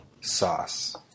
Sauce